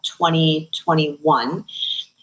2021